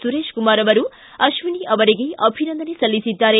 ಸುರೇಶಕುಮಾರ್ ಅಶ್ಲಿನಿ ಅವರಿಗೆ ಅಭಿನಂದನೆ ಸಲ್ಲಿಸಿದ್ದಾರೆ